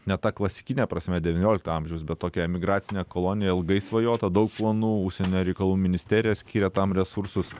ne ta klasikine prasme devyniolikto amžiaus bet tokia emigracinė kolonija ilgai svajota daug planų užsienio reikalų ministerija skiria tam resursus